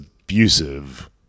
abusive